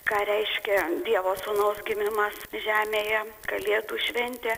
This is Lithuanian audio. ką reiškia dievo sūnaus gimimas žemėje kalėdų šventė